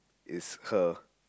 is her